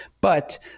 but-